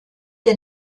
der